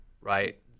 right